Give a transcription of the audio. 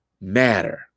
matter